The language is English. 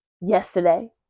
yesterday